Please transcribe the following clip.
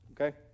okay